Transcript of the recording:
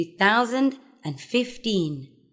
2015